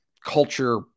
culture